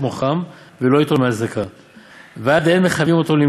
אם יש לו בית וכלי בית הרבה ואין לו 200 זוז,